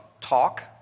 talk